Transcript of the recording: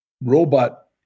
robot